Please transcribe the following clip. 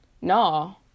No